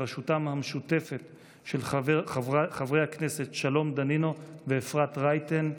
בראשותם המשותפת של חברי הכנסת שלום דנינו ואפרת רייטן.